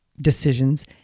decisions